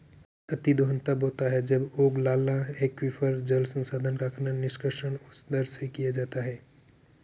अतिदोहन तब होता है जब ओगलाला एक्वीफर, जल संसाधन का खनन, निष्कर्षण उस दर से किया जाता है